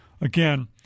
Again